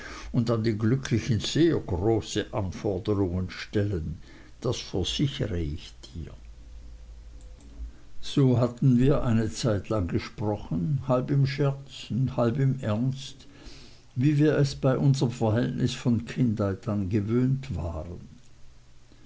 und an den glücklichen sehr große anforderungen stellen das versichere ich dir so hatten wir eine zeitlang gesprochen halb im scherz halb im ernst wie wir es bei unserm verhältnis von kindheit an gewöhnt waren